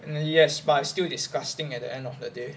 err yes but still disgusting at the end of the day